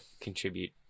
contribute